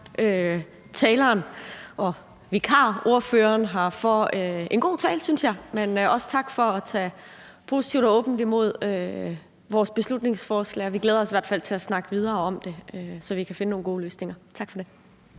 Tak for det.